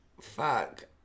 Fuck